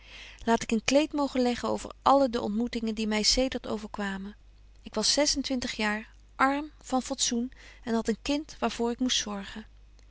laat ik een kleed mogen leggen over alle de ontmoetingen die my zedert overkwamen ik was zesentwintig jaar arm van fatsoen en had een kind waar voor ik moest zorgen